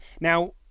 Now